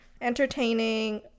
entertaining